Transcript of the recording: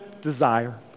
desire